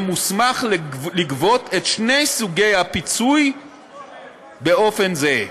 מוסמך לגבות את שני סוגי הפיצוי באופן זהה.